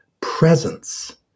presence